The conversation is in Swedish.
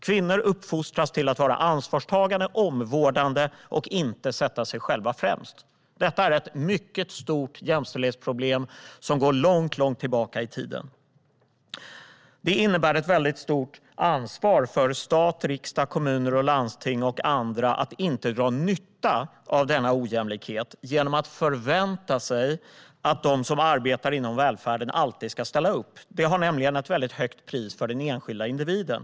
Kvinnor uppfostras till att vara ansvarstagande och omvårdande och att inte sätta sig själva främst. Detta är ett mycket stort jämställdhetsproblem som går långt tillbaka i tiden. Det innebär ett väldigt stort ansvar för stat, riksdag, kommuner, landsting och andra att inte dra nytta av denna ojämlikhet genom att förvänta sig att de som arbetar inom välfärden alltid ska ställa upp. Det har nämligen ett väldigt högt pris för den enskilda individen.